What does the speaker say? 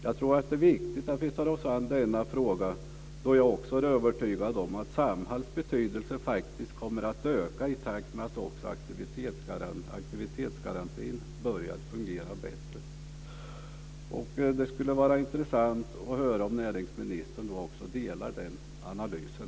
Jag tror att det är viktigt att vi tar oss an denna fråga då jag också är övertygad om att Samhalls betydelse kommer att öka i takt med att aktivitetsgarantin börjat att fungera bättre. Det skulle vara intressant att höra om näringsministern delar den analysen.